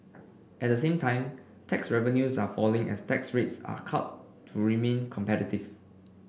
at the same time tax revenues are falling as tax rates are cut to remain competitive